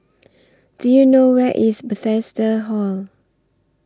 Do YOU know Where IS Bethesda Hall